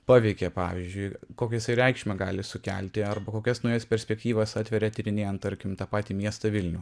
paveikia pavyzdžiui kokią jisai reikšmę gali sukelti arba kokias naujas perspektyvas atveria tyrinėjant tarkim tą patį miestą vilnių